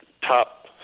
top